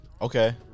Okay